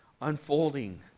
unfolding